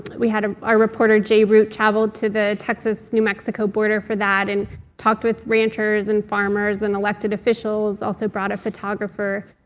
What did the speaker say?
we had our reporter jay root travel to the texas-new mexico border for that and talked with ranchers and farmers and elected officials. also brought a photographer.